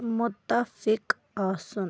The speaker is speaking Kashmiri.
مُتفِق آسُن